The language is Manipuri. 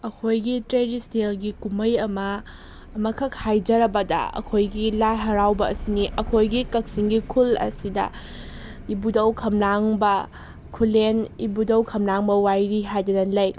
ꯑꯩꯈꯣꯏꯒꯤ ꯇ꯭ꯔꯦꯗꯤꯁꯅꯦꯜꯒꯤ ꯀꯨꯝꯍꯩ ꯑꯃ ꯑꯃꯈꯛ ꯍꯥꯏꯖꯔꯕꯗ ꯑꯩꯈꯣꯏꯒꯤ ꯂꯥꯏ ꯍꯔꯥꯎꯕ ꯑꯁꯤꯅꯤ ꯑꯩꯈꯣꯏꯒꯤ ꯀꯛꯆꯤꯡꯒꯤ ꯈꯨꯜ ꯑꯁꯤꯗ ꯏꯕꯨꯗꯧ ꯈꯝꯂꯥꯡꯕ ꯈꯨꯂꯦꯟ ꯏꯕꯨꯗꯧ ꯈꯝꯂꯥꯡꯕ ꯋꯥꯏꯔꯤ ꯍꯥꯏꯗꯅ ꯂꯩ